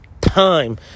time